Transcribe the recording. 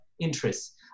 interests